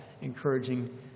encouraging